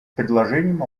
предложением